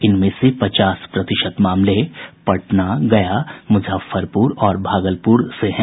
इनमें से पचास प्रतिशत मामले पटना गया मुजफ्फरपुर और भागलपुर जिले से हैं